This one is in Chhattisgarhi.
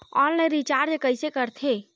ऑनलाइन रिचार्ज कइसे करथे?